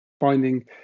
finding